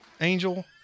Angel